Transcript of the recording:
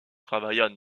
travaillant